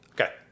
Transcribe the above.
Okay